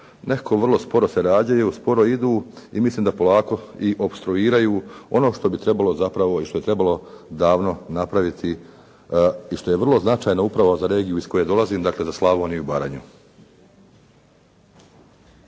nekako vrlo sporo se rađaju, sporo idu i mislim da polako i opstruiraju ono što bi trebalo zapravo i što je trebalo davno napraviti i što je vrlo značajno upravo za regiju iz koje dolazim dakle za Slavoniju i Baranju.